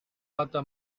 lata